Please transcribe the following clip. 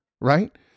right